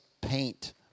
paint